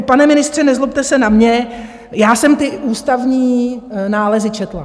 Pane ministře, nezlobte se na mě, já jsem ty ústavní nálezy četla.